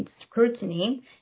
scrutiny